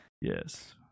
Yes